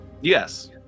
Yes